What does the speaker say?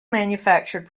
manufactured